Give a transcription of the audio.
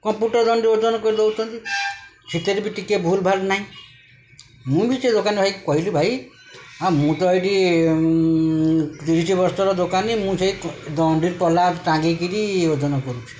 computer ଦଣ୍ଡି ଓଜନ କରିଦଉଛନ୍ତି ସେଥିରେ ବି ଟିକେ ଭୁଲ୍ ଭାଲ୍ ନାହିଁ ମୁଁ ବି ସେ ଦୋକାନ ଭାଇ କହିଲି ଭାଇ ହଁ ମୁଁ ତ ଏଇଠି ତିରିଶି ବର୍ଷର ଦୋକାନୀ ମୁଁ ସେଇ ଦଣ୍ଡି ତଲା ଟାଙ୍ଗିକିରି ଓଜନ କରୁଛି